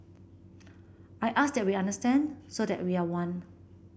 I ask that we understand so that we are one